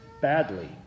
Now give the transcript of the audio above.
badly